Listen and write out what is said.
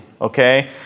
Okay